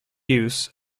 use